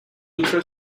intra